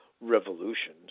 Revolution